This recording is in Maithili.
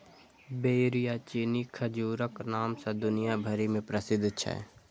बेर या चीनी खजूरक नाम सं दुनिया भरि मे प्रसिद्ध छै